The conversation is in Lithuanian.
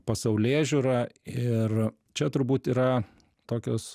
pasaulėžiūra ir čia turbūt yra tokios